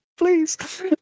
Please